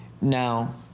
Now